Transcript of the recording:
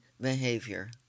behavior